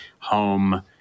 home